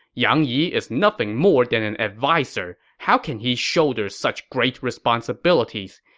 yang yi is nothing more than an adviser. how can he shoulder such great responsibilities?